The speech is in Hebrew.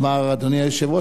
אמר: אדוני היושב-ראש,